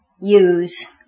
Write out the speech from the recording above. use